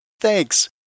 Thanks